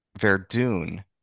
Verdun